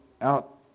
out